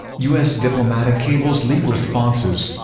u s. diplomatic cables leak responses